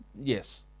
yes